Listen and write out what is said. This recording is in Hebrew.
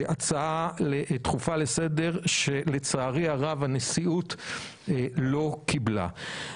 הצעה דחופה לסדר שלצערי הרב הנשיאות לא קיבלה.